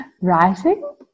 writing